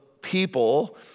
people